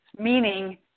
Meaning